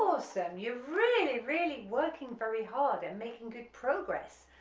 awesome, you're really really working very hard and making good progress,